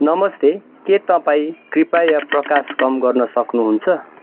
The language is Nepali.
नमस्ते के तपाईँ कृपाया प्रकाश कम गर्न सक्नुहुन्छ